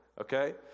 Okay